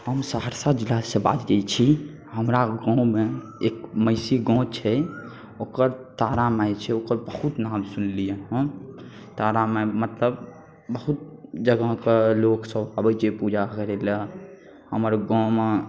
हम सहरसा जिलासँ बाजै छी हमरा गाँवमे एक महिषी गाँव छै ओकर तारा माइ छै ओकर बहुत नाम सुनलिए हँ तारा माइ मतलब बहुत जगहके लोकसब अबै छै पूजा करैलए हमर गाँवमे